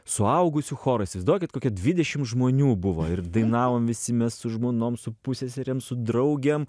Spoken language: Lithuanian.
suaugusių chorą įsivaizduokit kokia dvidešim žmonių buvo ir dainavom visi mes su žmonom su pusseserėm su draugėm